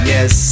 Yes